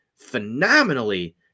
phenomenally